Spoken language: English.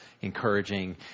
encouraging